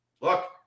Look